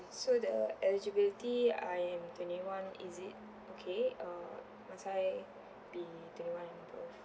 so the eligibility I am twenty one is it okay uh must I be twenty one in both